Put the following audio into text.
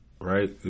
Right